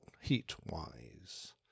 heat-wise